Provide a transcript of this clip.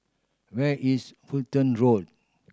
where is Fulton Road